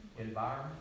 environment